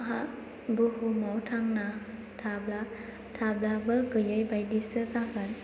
बुहुमाव थांना थाब्लाबो गैयै बायदिसो जागोन